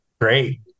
Great